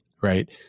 Right